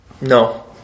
No